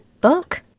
book